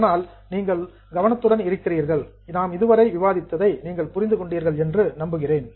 ஆனால் நீங்கள் கவனத்துடன் இருக்கிறீர்கள் நாம் இதுவரை விவாதித்ததை நீங்கள் புரிந்து கொண்டீர்கள் என்று நம்புகிறேன்